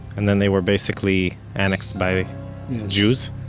and then they were basically annexed by jews?